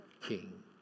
king